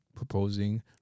proposing